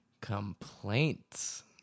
Complaints